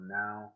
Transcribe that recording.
now